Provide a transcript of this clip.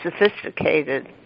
sophisticated